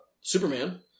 Superman